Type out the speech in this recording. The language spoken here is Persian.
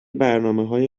برنامههای